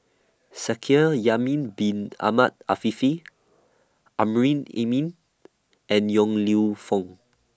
Shaikh Bin Ahmed Afifi Amrin Amin and Yong Lew Foong